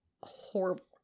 horrible